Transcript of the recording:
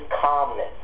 calmness